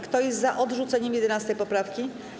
Kto jest za odrzuceniem 11. poprawki?